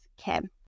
Kim